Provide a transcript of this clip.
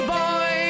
boy